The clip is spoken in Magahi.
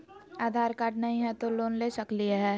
आधार कार्ड नही हय, तो लोन ले सकलिये है?